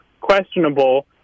questionable –